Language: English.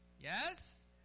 Yes